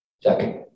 Second